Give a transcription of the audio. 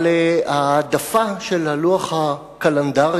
אבל ההעדפה של הלוח הקלנדרי,